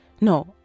no